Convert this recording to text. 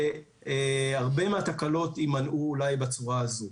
והרבה מהתקלות ימנעו אולי בצורה הזאת.